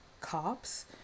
cops